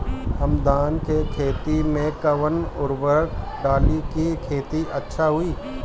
हम धान के खेत में कवन उर्वरक डाली कि खेती अच्छा होई?